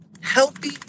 healthy